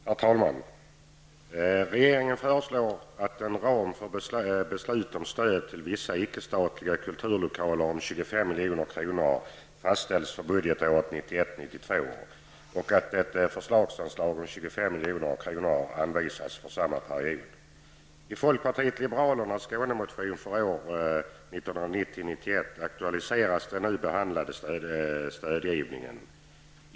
Herr talman! Regeringen föreslår att en ram för beslut om stöd till vissa icke-statliga kulturlokaler om 25 milj.kr. fastställs för budgetåret 1991 91 aktualiseras den nu behandlade stödgivningen.